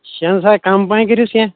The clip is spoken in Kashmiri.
شیٚن سا کَم پَہم کٔرِوُس کینٛہہ